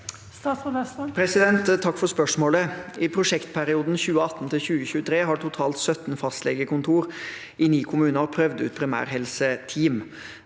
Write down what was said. Takk for spørsmålet. I prosjektperioden 2018–2023 har totalt 17 fastlegekontor i ni kommuner prøvd ut primærhelseteam.